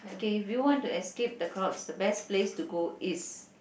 okay if you want to escape the crowds the best place to go is